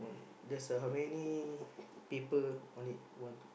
there's a how many paper on it one two